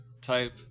type